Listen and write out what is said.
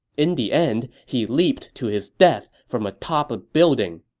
in the end, he leaped to his death from atop a building.